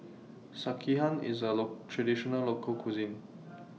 Sekihan IS A Traditional Local Cuisine